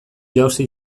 jauzi